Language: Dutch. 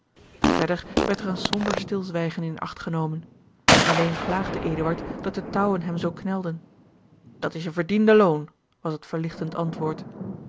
verder werd er een somber stilzwijgen in acht genomen alleen klaagde eduard dat de touwen hem zoo knelden dat is je verdiende loon was het verligtend antwoord